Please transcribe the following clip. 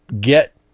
get